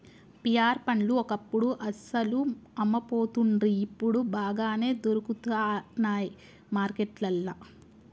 pear పండ్లు ఒకప్పుడు అస్సలు అమ్మపోతుండ్రి ఇప్పుడు బాగానే దొరుకుతానయ్ మార్కెట్లల్లా